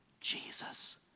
Jesus